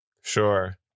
sure